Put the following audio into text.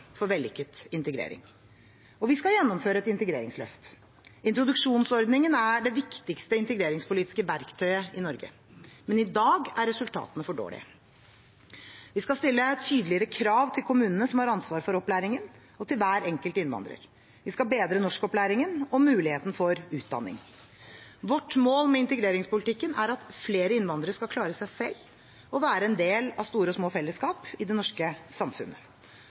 for vellykket integrering. Og vi skal gjennomføre et integreringsløft. Introduksjonsordningen er det viktigste integreringspolitiske verktøyet i Norge, men i dag er resultatene for dårlige. Vi skal stille tydeligere krav til kommunene, som har ansvaret for opplæringen, og til hver enkelt innvandrer. Vi skal bedre norskopplæringen og mulighetene for utdanning. Vårt mål med integreringspolitikken er at flere innvandrere skal klare seg selv og være en del av store og små felleskap i det norske samfunnet.